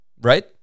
Right